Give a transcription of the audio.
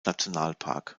nationalpark